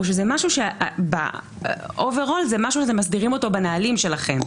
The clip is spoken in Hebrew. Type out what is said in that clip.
או שזה משהו שאתם מסדירים אותו בנהלים שלכם?